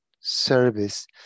service